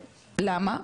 למה?